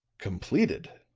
completed!